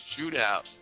shootout